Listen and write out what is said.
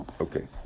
Okay